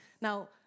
Now